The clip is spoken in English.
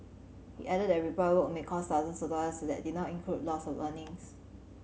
he added that repair work may cost thousands of dollars and that did not include loss of earnings